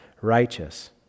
righteous